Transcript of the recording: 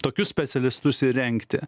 tokius specialistus ir rengti